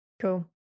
Cool